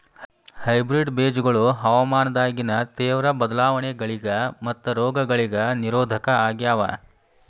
hybrid ಬೇಜಗೊಳ ಹವಾಮಾನದಾಗಿನ ತೇವ್ರ ಬದಲಾವಣೆಗಳಿಗ ಮತ್ತು ರೋಗಗಳಿಗ ನಿರೋಧಕ ಆಗ್ಯಾವ